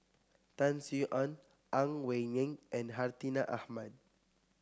Tan Sin Aun Ang Wei Neng and Hartinah Ahmad